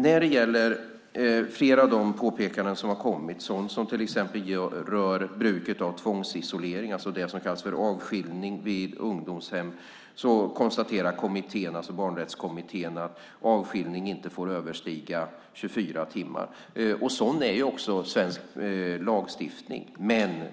När det gäller exempelvis bruket av tvångsisolering vid ungdomshem, så kallad avskiljning, konstaterar barnrättskommittén att avskiljningen inte får överstiga 24 timmar. Sådan är också svensk lagstiftning.